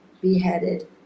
beheaded